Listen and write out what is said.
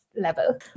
level